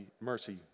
mercy